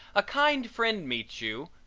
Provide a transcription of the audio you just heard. a kind friend meets you,